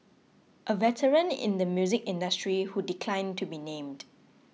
a veteran in the music industry who declined to be named